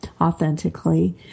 authentically